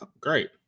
Great